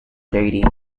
deity